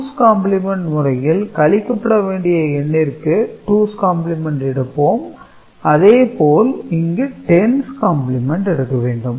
2's க complement முறையில் கழிக்கப்பட வேண்டிய எண்ணிற்கு 2's காம்பிளிமெண்ட் எடுப்போம் அதேபோல் இங்கு 10's காம்பிளிமெண்ட் எடுக்க வேண்டும்